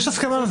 יש הסכמה על זה.